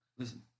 Listen